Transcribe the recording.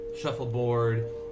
shuffleboard